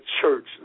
church